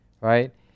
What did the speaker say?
right